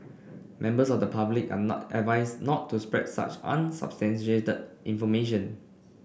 members of the public are not advised not to spread such unsubstantiated information